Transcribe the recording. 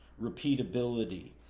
repeatability